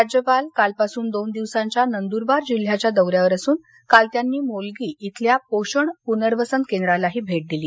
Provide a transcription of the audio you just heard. राज्यपाल कालपासून दोन दिवसांच्या नंदुरबार जिल्ह्याच्या दौर्यावर असून काल त्यांनी मोलगी इथल्या पोषण पुनर्वसन केंद्रालाही भेट दिली